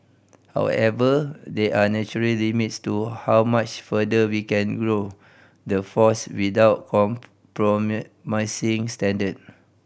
however there are natural limits to how much further we can grow the force without compromising standard